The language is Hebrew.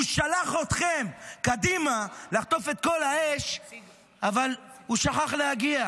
הוא שלח אתכם קדימה לחטוף את כל האש אבל הוא שכח להגיע.